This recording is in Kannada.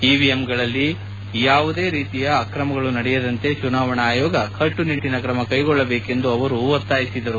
ಇವಿಎಂಗಳಲ್ಲಿ ಯಾವುದೇ ರೀತಿಯ ಅಕ್ರಮಗಳು ನಡೆಯದಂತೆ ಚುನಾವಣಾ ಆಯೋಗ ಕಟ್ಟುನಿಟ್ಟಿನ ಕ್ರಮ ಕೈಗೊಳ್ಳಬೇಕೆಂದು ಅವರು ಒತ್ತಾಯಿಸಿದರು